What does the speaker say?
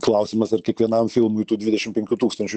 klausimas ar kiekvienam filmui tų dvidešim penkių tūkstančių